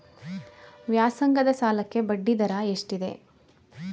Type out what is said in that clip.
ವ್ಯಾಸಂಗದ ಸಾಲಕ್ಕೆ ಬಡ್ಡಿ ದರ ಎಷ್ಟಿದೆ?